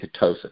ketosis